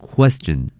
Question